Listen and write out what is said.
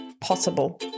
possible